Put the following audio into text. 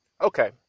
Okay